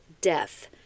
death